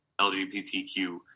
lgbtq